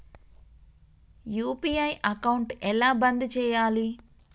UPI account ఎలా బంద్ చేయాలి?